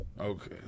Okay